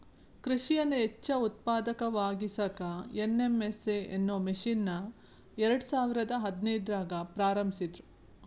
ಕೃಷಿಯನ್ನ ಹೆಚ್ಚ ಉತ್ಪಾದಕವಾಗಿಸಾಕ ಎನ್.ಎಂ.ಎಸ್.ಎ ಅನ್ನೋ ಮಿಷನ್ ಅನ್ನ ಎರ್ಡಸಾವಿರದ ಹದಿನೈದ್ರಾಗ ಪ್ರಾರಂಭಿಸಿದ್ರು